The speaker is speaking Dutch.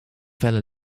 felle